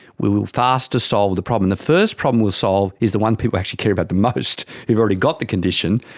we will faster solve the problem. the first problem we'll solve is the one people actually care about the most, people who've already got the condition,